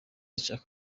jack